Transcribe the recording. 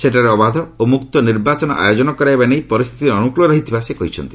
ସେଠାରେ ଅବାଧ ଓ ମୁକ୍ତ ନିର୍ବାଚନ ଆୟୋଜନ କରାଇବା ନେଇ ପରିସ୍ଥିତି ଅନୁକୂଳ ରହିଥିବା ସେ କହିଛନ୍ତି